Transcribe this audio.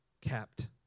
kept